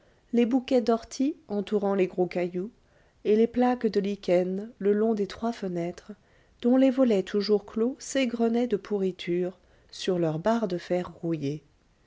les bouquets d'orties entourant les gros cailloux et les plaques de lichen le long des trois fenêtres dont les volets toujours clos s'égrenaient de pourriture sur leurs barres de fer rouillées